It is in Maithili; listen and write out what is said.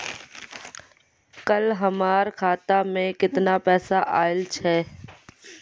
कल हमर खाता मैं केतना पैसा आइल छै?